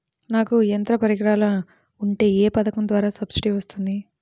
నాకు యంత్ర పరికరాలు ఉంటే ఏ పథకం ద్వారా సబ్సిడీ వస్తుంది?